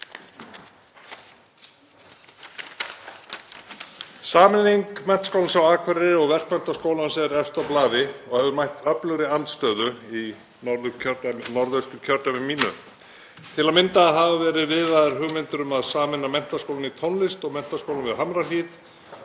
Sameining Menntaskólans á Akureyri og Verkmenntaskólans á Akureyri er efst á blaði og hefur mætt öflugri andstöðu í Norðausturkjördæmi mínu. Til að mynda hafa verið viðraðar hugmyndir um að sameina Menntaskólann í tónlist og Menntaskólann við Hamrahlíð